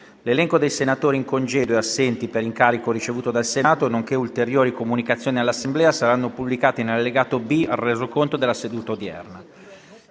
L'elenco dei senatori in congedo e assenti per incarico ricevuto dal Senato, nonché ulteriori comunicazioni all'Assemblea saranno pubblicati nell'allegato B al Resoconto della seduta odierna.